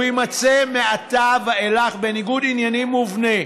הוא יימצא מעתה ואילך בניגוד עניינים מובנה.